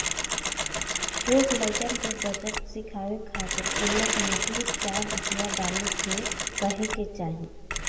छोट लइकन के बचत सिखावे खातिर गुल्लक में दू चार रूपया डाले के कहे के चाही